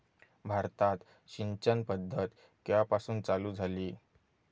भारतात सिंचन पद्धत केवापासून चालू झाली?